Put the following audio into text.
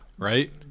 Right